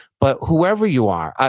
but whoever you are,